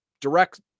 direct